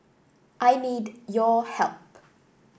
I need your help